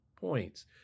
points